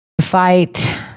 fight